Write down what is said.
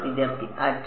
വിദ്യാർത്ഥി അറ്റ്